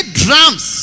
drums